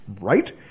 Right